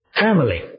family